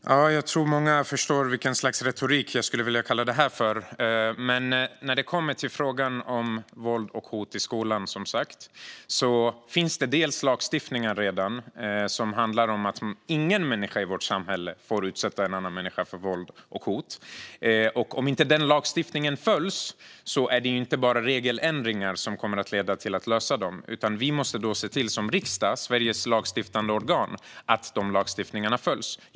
Herr talman! Jag tror att många förstår vilket slags retorik jag skulle vilja kalla det där för. När det kommer till frågan om våld och hot i skolan finns det redan lagstiftning som handlar om att ingen människa i vårt samhälle får utsätta en annan människa för våld och hot. Om inte den lagstiftningen följs är det inte bara regeländringar som kommer att leda till att lösa det, utan vi måste då se till som riksdag, Sveriges lagstiftande organ, att lagstiftningen följs.